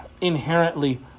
inherently